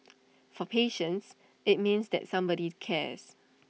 for patients IT means that somebody cares